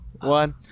one